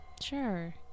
Sure